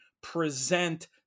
present